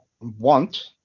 Want